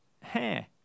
Hair